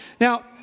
Now